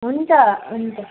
हुन्छ हुन्छ